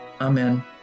Amen